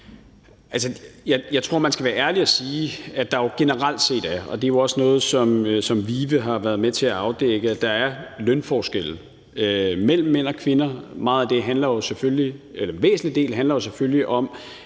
Jeg tror jo, man skal være ærlig og sige, at der generelt set – det er jo også noget, som VIVE har været med til at afdække – er lønforskelle mellem mænd og kvinder. En væsentlig del af det handler jo selvfølgelig om,